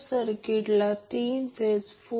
आणि हे capacitive circuit 8